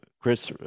chris